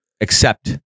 accept